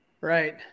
Right